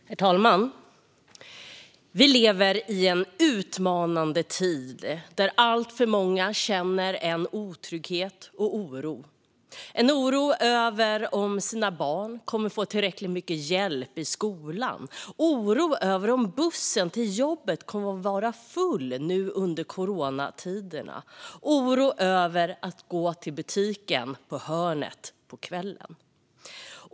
Herr talman! Vi lever i en utmanande tid där alltför många känner en otrygghet och en oro. Det är en oro över om deras barn kommer att få tillräckligt mycket hjälp i skolan, oro över om bussen till jobbet kommer vara full nu under coronatiderna och oro över att gå till butiken på hörnet på kvällen.